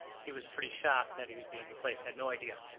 he was pretty shocked that he was being replaced, had no idea.